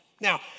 Now